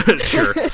Sure